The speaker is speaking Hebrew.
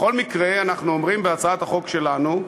בכל מקרה, אנחנו אומרים בהצעת החוק שלנו,